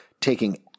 taking